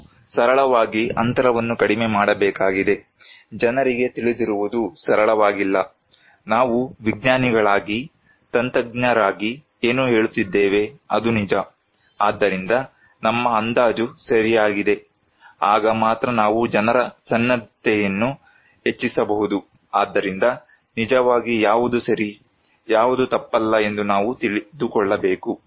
ನಾವು ಸರಳವಾಗಿ ಅಂತರವನ್ನು ಕಡಿಮೆ ಮಾಡಬೇಕಾಗಿದೆ ಜನರಿಗೆ ತಿಳಿದಿರುವುದು ಸರಳವಾಗಿಲ್ಲ ನಾವು ವಿಜ್ಞಾನಿಗಳಾಗಿ ತಜ್ಞರಾಗಿ ಏನು ಹೇಳುತ್ತಿದ್ದೇವೆ ಅದು ನಿಜ ಆದ್ದರಿಂದ ನಮ್ಮ ಅಂದಾಜು ಸರಿಯಾಗಿದೆ ಆಗ ಮಾತ್ರ ನಾವು ಜನರ ಸನ್ನದ್ಧತೆಯನ್ನು ಹೆಚ್ಚಿಸಬಹುದು ಆದ್ದರಿಂದ ನಿಜವಾಗಿ ಯಾವುದು ಸರಿ ಯಾವುದು ತಪ್ಪಲ್ಲ ಎಂದು ನಾವು ತಿಳಿದುಕೊಳ್ಳಬೇಕು